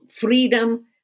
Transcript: freedom